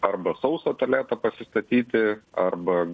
arba sausą tualetą pasistatyti arba